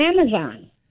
Amazon